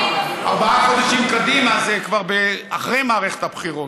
ארבעה חודשים קדימה זה כבר אחרי מערכת הבחירות.